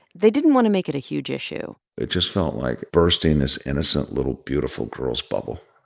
they didn't want to make it a huge issue it just felt like bursting this innocent little beautiful girl's bubble.